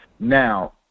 Now